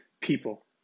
people